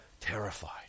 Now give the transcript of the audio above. terrified